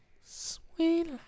Sweet